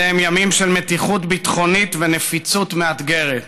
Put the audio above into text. אלה הם ימים של מתיחות ביטחונית ונפיצות מאתגרת.